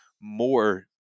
more